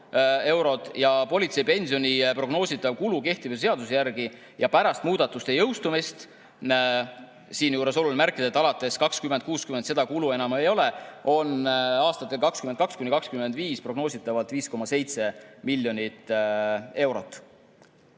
eurot. Politseipensioni prognoositav kulu kehtiva seaduse järgi ja pärast muudatuste jõustumist – siinjuures on oluline märkida, et alates 2060 seda kulu enam ei ole – on aastatel 2022–2025 prognoositavalt 5,7 miljonit eurot.